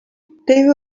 they